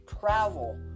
travel